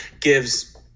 gives